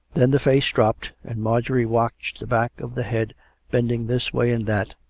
then the face dropped and marjorie watched the back of the head bending this way and that,